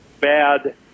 bad